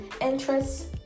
interests